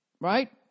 right